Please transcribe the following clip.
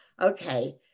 Okay